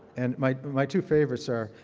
and my my two favorites are,